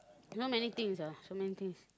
you know many things ah so many things